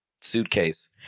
suitcase